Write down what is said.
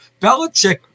Belichick